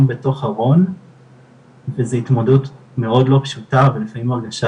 בתוך ארון וזה התמודדות מאוד לא פשוטה ולפעמים הרגשה